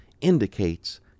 indicates